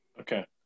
okay